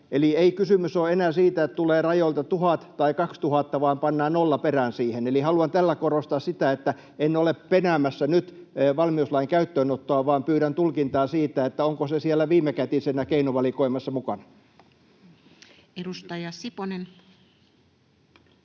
Eli ei kysymys ole enää siitä, että tulee rajoilta 1 000 tai 2 000, vaan pannaan nolla perään siihen. Eli haluan tällä korostaa sitä, että en ole penäämässä nyt valmiuslain käyttöönottoa, vaan pyydän tulkintaa siitä, että onko se siellä viimekätisenä keinovalikoimassa mukana. Edustaja Siponen.